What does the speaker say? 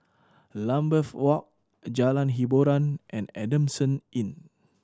Lambeth Walk Jalan Hiboran and Adamson Inn